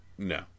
No